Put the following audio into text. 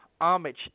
Homage